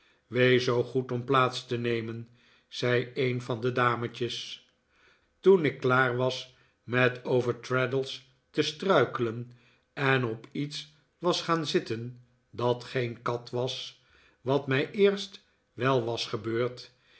wees zoo goed om plaats te nemen zei een van de dametjes toen ik klaar was met over traddles te struikelen en op iets was gaan zitten dat geen kat was wat mij eerst wel was gebeurd